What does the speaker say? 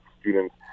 students